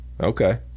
okay